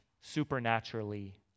supernaturally